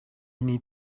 need